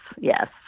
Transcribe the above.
Yes